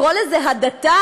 לקרוא לזה הדתה?